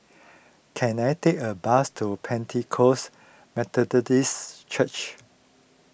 can I take a bus to Pentecost Methodist Church